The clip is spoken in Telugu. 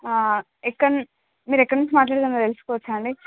ఎక్కడ నుంచి మీరు అక్కడ నుంచి మాట్లాడుతున్నారో తెలుసుకోవచ్చా అండి